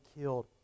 killed